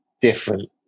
different